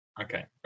Okay